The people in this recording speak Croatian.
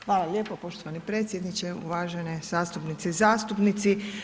Hvala lijepo poštovani predsjedniče uvažene zastupnice i zastupnici.